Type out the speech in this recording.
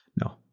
no